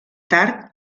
tard